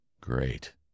Great